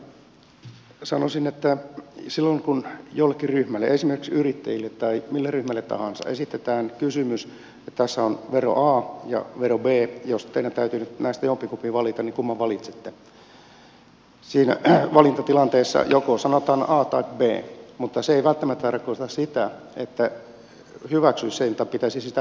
edustaja katajalle sanoisin että silloin kun jollekin ryhmälle esimerkiksi yrittäjille tai mille ryhmälle tahansa esitetään kysymys että tässä on vero a ja vero b ja jos teidän täytyy nyt näistä jompikumpi valita niin kumman valitsette niin siinä valintatilanteessa joko sanotaan a tai b mutta se ei välttämättä tarkoita sitä että hyväksyisi sen tai pitäisi sitä hyvänä verona